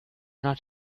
not